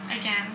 again